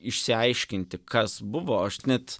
išsiaiškinti kas buvo aš net